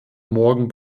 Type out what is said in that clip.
morgen